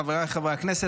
חבריי חברי הכנסת,